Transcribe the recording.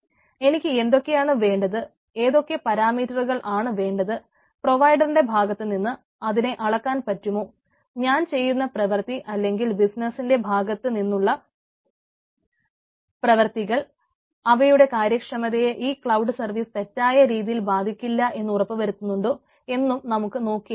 എനിക്ക് എന്തൊക്കെയാണ് വേണ്ടത് ഏതൊക്കെ പരാമീറ്ററുകൾ ആണ് വേണ്ടത് പ്രൊവൈഡറിന്റെ ഭാഗത്തുനിന്ന് അതിനെ അളക്കാൻ പറ്റുമോ ഞാൻ ചെയ്യുന്ന പ്രവർത്തി അല്ലെങ്കിൽ ബിസിനസ്സിന്റെ ഭാഗത്തുനിന്നുള്ള പ്രവർത്തികൾ അവയുടെ കാര്യക്ഷമതയെ ഈ ക്ലൌഡ് സർവ്വീസ് തെറ്റായ രീതിയിൽ ബാധിക്കില്ല എന്ന് ഉറപ്പു വരുന്നുണ്ടോ എന്നും നമുക്ക് നോക്കേണ്ടിവരും